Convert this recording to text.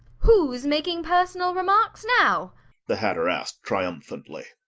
who's making personal remarks now the hatter asked triumphantly.